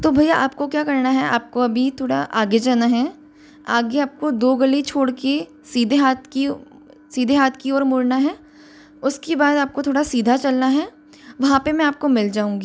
तो भैया आपको क्या करना है आपको अभी थोड़ा आगे जाना है आगे आपको दो गली छोड़ के सीधे हाथ की सीधे हाथ की ओर मुड़ना है उसके बाद आपको थोड़ा सीधा चलना है वहाँ पर मैं आपको मिल जाऊँगी